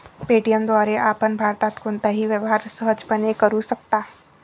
Paytm द्वारे आपण भारतात कोणताही व्यवहार सहजपणे करू शकता